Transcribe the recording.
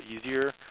easier